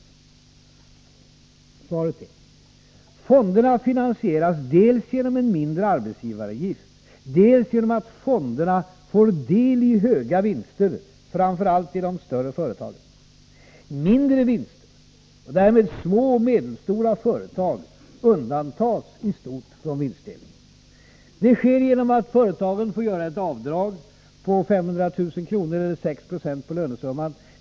Svaret är: Fonderna finansieras dels genom en mindre arbetsgivaravgift, dels genom att fonderna får del i höga vinster, framför allt i de större företagen. Mindre vinster och därmed små och medelstora företag undantas i stort sett från vinstdelningen. Det sker genom att företagen får göra ett avdrag med 500 000 kr. eller 6 20 på lönesumman.